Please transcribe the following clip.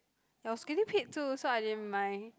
ya I was getting paid too so I didn't mind